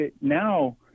now